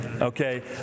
Okay